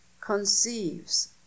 conceives